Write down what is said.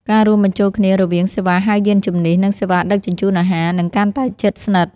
ការរួមបញ្ចូលគ្នារវាងសេវាហៅយានជំនិះ និងសេវាដឹកជញ្ជូនអាហារ នឹងកាន់តែជិតស្និទ្ធ។